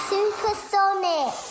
Supersonic